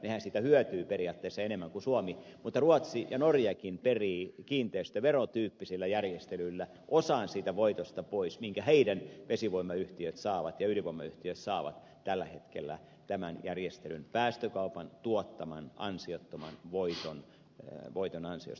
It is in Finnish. nehän siitä hyötyvät periaatteessa enemmän kuin suomi mutta ruotsi ja norjakin perivät kiinteistöverotyyppisillä järjestelyillä osan siitä voitosta pois minkä heidän vesi ja ydinvoimayhtiönsä saavat tällä hetkellä tämän järjestelyn päästökaupan tuottaman ansiottoman voiton ansiosta